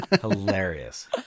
Hilarious